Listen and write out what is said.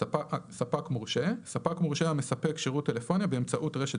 ""ספק מורשה" ספק מורשה המספק שירות טלפוניה באמצעות רשת